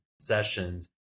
sessions